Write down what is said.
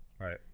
right